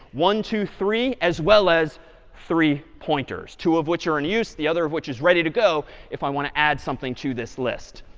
one, two, three, as well as three pointers, two of which are in use, the other of which is ready to go if i want to add something to this list.